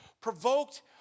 provoked